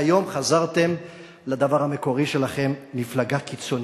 והיום חזרתם לדבר המקורי שלכם, מפלגה קיצונית,